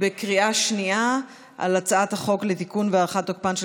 בקריאה שנייה על הצעת החוק לתיקון והארכת תוקפן של